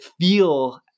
feel